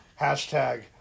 Hashtag